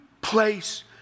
place